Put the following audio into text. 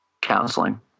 counseling